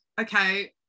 okay